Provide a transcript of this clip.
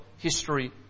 History